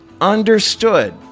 understood